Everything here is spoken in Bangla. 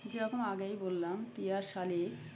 যেরকম আগেই বললাম টিয়া শালিক